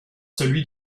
celui